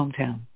hometown